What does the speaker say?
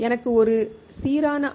எனக்கு ஒரு சீரான ஆர்